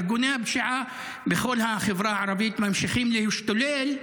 ארגוני הפשיעה בכל החברה הערבית ממשיכים להשתולל,